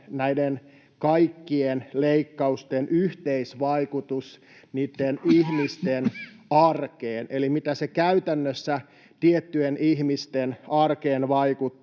näiden kaikkien leikkausten yhteisvaikutus niitten ihmisten arkeen, eli miten se käytännössä tiettyjen ihmisten arkeen vaikuttaa,